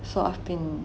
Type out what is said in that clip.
so I've been